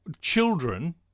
children